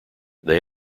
they